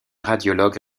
radiologue